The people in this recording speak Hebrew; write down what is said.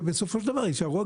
ובסופו של דבר יישארו הגדולים.